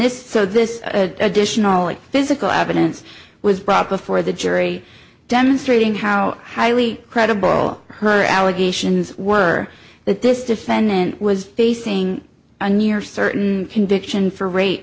this so this additional physical evidence was brought before the jury demonstrating how highly credible her allegations were that this defendant was facing a near certain conviction for ra